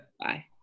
bye